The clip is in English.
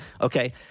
okay